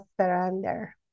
surrender